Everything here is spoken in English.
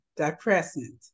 depressant